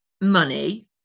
money